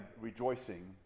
rejoicing